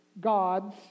God's